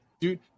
dude